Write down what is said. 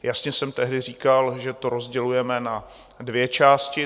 Jasně jsem tehdy říkal, že to rozdělujeme na dvě části.